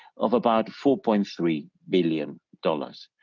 of about four point three billion dollars.